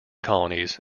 colonies